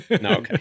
No